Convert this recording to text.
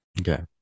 Okay